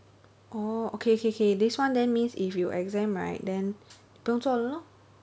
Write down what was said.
orh okay K K this one then means if you exempt right then 不用做了 lor